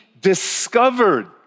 discovered